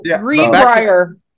Greenbrier